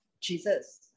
Jesus